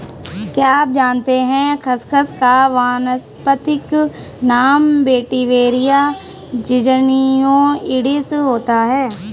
क्या आप जानते है खसखस का वानस्पतिक नाम वेटिवेरिया ज़िज़नियोइडिस होता है?